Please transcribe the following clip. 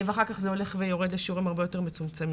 ואחר כך זה הולך ויורד לשיעורים הרבה יותר מצומצמים.